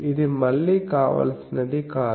ఇది మళ్ళీ కావాల్సినది కాదు